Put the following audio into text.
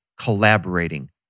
collaborating